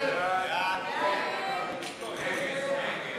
ההסתייגויות